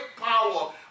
power